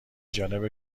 جانب